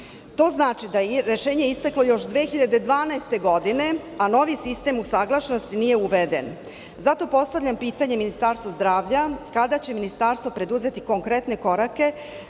To znači da je rešenje isteklo još 2012. godine, a novi sistem usaglašenosti nije uveden. Zato postavljam pitanje Ministarstvu zdravlja, kada će ministarstvo preduzeti konkretne korake